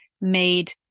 made